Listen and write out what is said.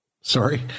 Sorry